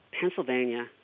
Pennsylvania